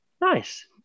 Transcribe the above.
Nice